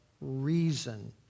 reason